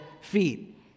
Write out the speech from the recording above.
feet